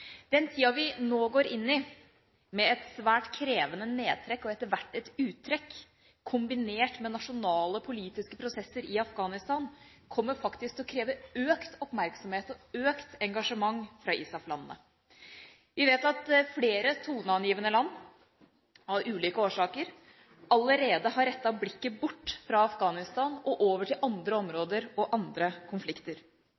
Den tida vi nå går inn i – med et svært krevende nedtrekk og etter hvert et uttrekk kombinert med nasjonale, politiske prosesser i Afghanistan – kommer faktisk til å kreve økt oppmerksomhet og økt engasjement fra ISAF-landene. Vi vet at flere toneangivende land av ulike årsaker allerede har rettet blikket bort fra Afghanistan og over til andre